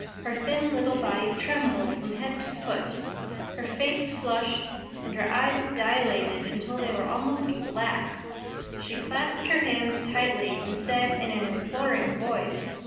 her thin little body trembled from head to foot her face flushed and her eyes dilated until they were almost black she clasped her hands tightly and said in an imploring voice